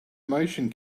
motion